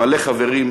מלא חברים,